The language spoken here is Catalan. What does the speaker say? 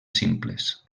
simples